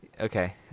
okay